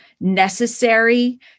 necessary